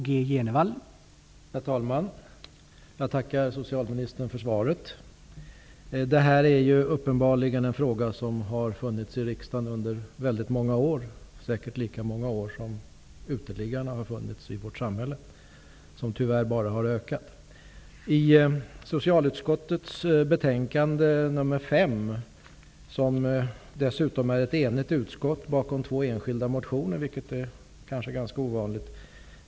Herr talman! Jag tackar socialministern för svaret. Detta är uppenbarligen en fråga som har funnits i riksdagen under väldigt många år, säkert lika många år som uteliggarna har funnits i vårt samhälle. Deras antal har ju tyvärr bara ökat. I socialutskottets betänkande nr 5 står ett enigt utskott bakom två enskilda motioner, vilket kanske är ganska ovanligt.